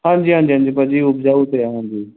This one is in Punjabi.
ਹਾਂਜੀ ਹਾਂਜੀ ਹਾਂਜੀ ਭਾਅ ਜੀ ਉਪਜਾਊ ਤਾਂ ਹੈ ਹਾਂਜੀ